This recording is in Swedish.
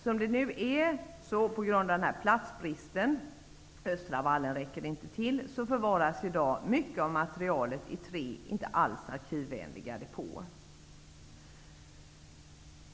Som det nu är förvaras på grund av platsbristen -- östra vallen räcker inte till -- mycket av materialet i tre inte alls arkivvänliga depåer.